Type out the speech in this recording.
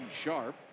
Sharp